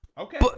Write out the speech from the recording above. Okay